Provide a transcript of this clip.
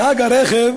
נהג הרכב